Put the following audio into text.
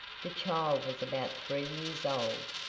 the child was about three years old,